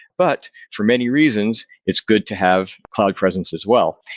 but for many reasons, it's good to have cloud presence as well.